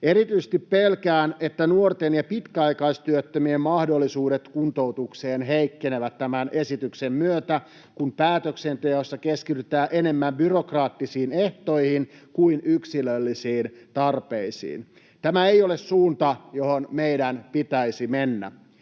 Erityisesti pelkään, että nuorten ja pitkäaikaistyöttömien mahdollisuudet kuntoutukseen heikkenevät tämän esityksen myötä, kun päätöksenteossa keskitytään enemmän byrokraattisiin ehtoihin kuin yksilöllisiin tarpeisiin. Tämä ei ole suunta, johon meidän pitäisi mennä.